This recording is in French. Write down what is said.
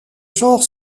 genre